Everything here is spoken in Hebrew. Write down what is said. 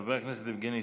חבר הכנסת יבגני סובה,